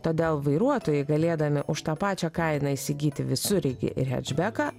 todėl vairuotojai galėdami už tą pačią kainą įsigyti visureigį ir hečbeką